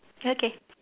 okay